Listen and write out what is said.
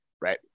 right